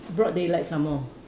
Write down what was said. broad daylight some more